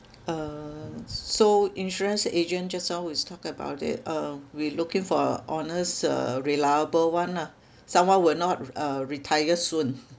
uh so insurance agent just now we talk about it um we looking for honest uh reliable one ah someone will not uh retire soon